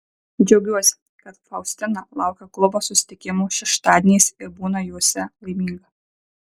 džiaugiuosi kad faustina laukia klubo susitikimų šeštadieniais ir būna juose laiminga